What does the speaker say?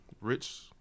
rich